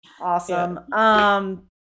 Awesome